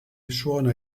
suona